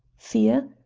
fear?